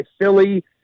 Philly